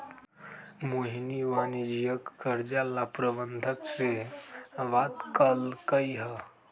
मोहिनी वाणिज्यिक कर्जा ला प्रबंधक से बात कलकई ह